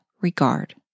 regard